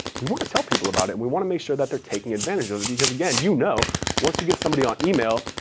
we want to tell people about it. we want to make sure that they're taking advantage of it, because again you know once you get somebody on email,